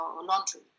laundry